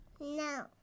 No